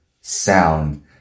sound